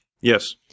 Yes